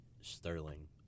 Sterling